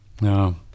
No